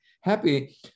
happy